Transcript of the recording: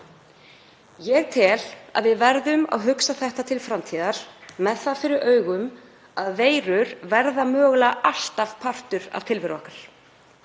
Ég tel að við verðum að hugsa þetta til framtíðar með það fyrir augum að veirur verða mögulega alltaf partur af tilveru okkar.